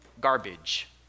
garbage